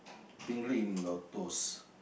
tingly in your toes